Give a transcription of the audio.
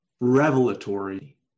revelatory